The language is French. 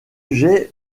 j’ai